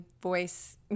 voice